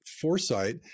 foresight